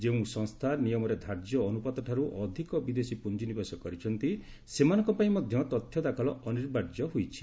ଯେଉଁସଂସ୍ଥା ନିୟମରେ ଧାର୍ଯ୍ୟ ଅନୁପାତ ଠାରୁ ଅଧିକ ବିଦେଶୀ ପୁଞ୍ଜିନିବେଶ କରିଛନ୍ତି ସେମାନଙ୍କ ପାଇଁ ମଧ୍ୟ ତଥ୍ୟ ଦାଖଲ ଅନିବାର୍ଯ୍ୟ ହୋଇଛି